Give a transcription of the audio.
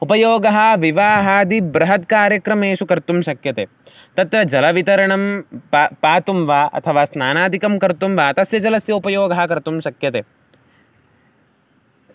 उपयोगः विवाहादिबृहत्कार्यक्रमेषु कर्तुं शक्यते तत्र जलवितरणं प पातुं वा अथवा स्नानादिकं कर्तुं वा तस्य जलस्य उपयोगः कर्तुं शक्यते